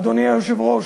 אדוני היושב-ראש,